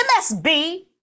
MSB